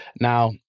Now